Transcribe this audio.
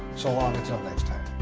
so long until next time?